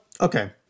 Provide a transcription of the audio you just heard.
okay